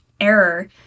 error